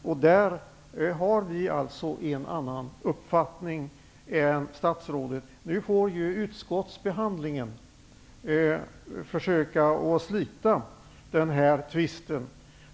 I det avseendet har vi alltså en annan uppfattning än statsrådet. Vid utskottsbehandlingen får man försöka slita den tvisten.